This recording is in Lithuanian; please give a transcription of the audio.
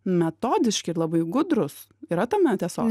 metodiški labai gudrūs yra tame tiesos